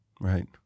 Right